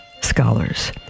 scholars